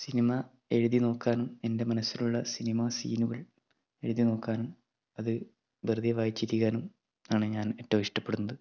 cinema എഴുതി നോക്കാൻ എൻ്റെ മനസ്സിലുള്ള സിനിമ സീനുകൾ എഴുതി നോക്കാനും അത് വെറുതെ വായിച്ചിരിക്കാനുമാണ് ഞാൻ ഏറ്റവും ഇഷ്ടപ്പെടുന്നത്